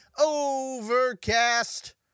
Overcast